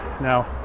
Now